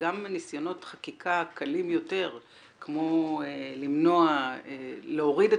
זה גם ניסיונות חקיקה קלים יותר כמו להוריד את